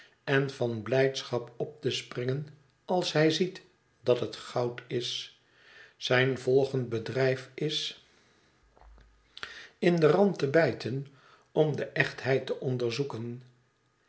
en van blijdschap op te springen als hij ziet dat het goud is zijn volgend bedrijfis in den rand te